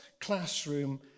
classroom